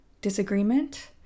disagreement